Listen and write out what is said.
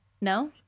No